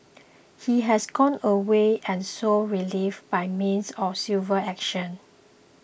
he has gone away and sought relief by means of civil action